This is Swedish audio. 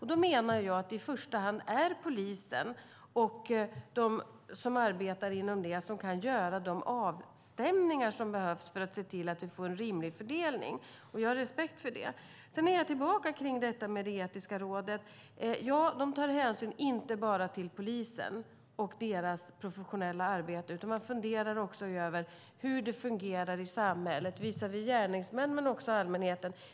Jag menar att det i första hand är polisen och de som arbetar inom polisen som kan göra de avstämningar som behövs för att se till att vi får en rimlig fördelning. Jag har respekt för detta. Jag kommer tillbaka till Etiska rådet. Ja, de tar hänsyn inte bara till polisen och deras professionella arbete. De funderar också över hur det fungerar i samhället visavi gärningsmän men också allmänheten.